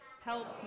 help